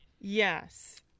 Yes